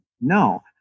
No